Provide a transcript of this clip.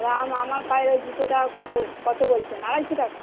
দাম আমার পায়ের জুতোটা কত কত বলছেন আড়াইশো টাকা